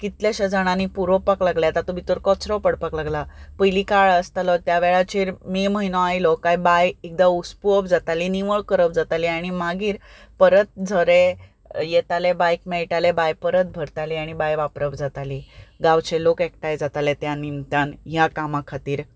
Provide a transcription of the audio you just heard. कितलेशेंच जाणांनी पुरोवपाक लागल्यात तातूंत भितर कचरो पडपाक लागला पयलीं काळ आसतालो त्या वेळाचेर मे म्हयनो आयलो की बांय एकदां उसपुवप जाताली निवळ करप जाताली आनी मागीर परत झरे येताले बांयक मेळटाले बांय परत भरताली आनी बांय वापरप जाताली गांवचे लोक एकठांय जाताले त्या निमतान ह्या कामा खातीर